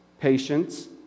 patience